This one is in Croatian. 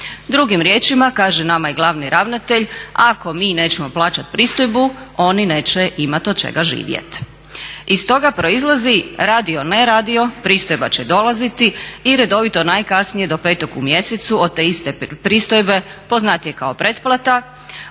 Drugim riječima kaže nama i glavni ravnatelj, ako mi nećemo plaćati pristojbu oni neće imati od čega živjeti. Iz toga proizlazi radio, ne radio pristojba će dolaziti i redovito najkasnije do petog u mjesecu od te iste pristojbe poznatije kao pretplata